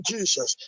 Jesus